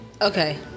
Okay